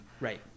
right